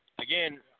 Again